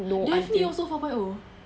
daphne also four point O